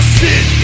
sit